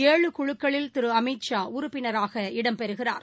ஏழு குழுக்களில் திருஅமித்ஷா உறுப்பினராக இடம்பெறுகிறார்